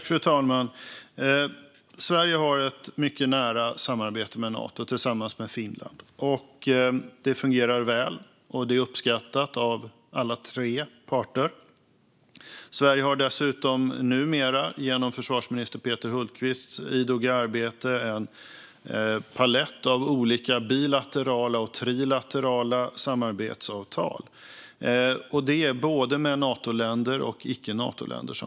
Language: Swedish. Fru talman! Sverige har tillsammans med Finland ett mycket nära samarbete med Nato. Det fungerar väl och är uppskattat av alla tre parter. Sverige har dessutom numera genom försvarsminister Peter Hultqvists idoga arbete en palett av olika bilaterala och trilaterala samarbetsavtal med både Natoländer och icke-Natoländer.